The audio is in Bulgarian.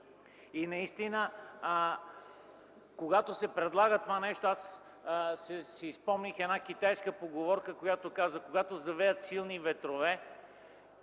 листа? Когато се предлага това нещо, аз си спомних една китайска поговорка, която казва: „Когато завеят силни ветрове,